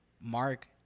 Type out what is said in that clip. mark